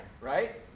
right